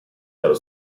dallo